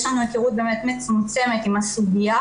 יש לנו היכרות באמת מצומצמת עם הסוגיה,